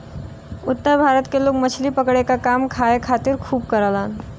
उत्तर भारत के लोग मछली पकड़े क काम खाए खातिर खूब करलन